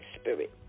spirit